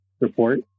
report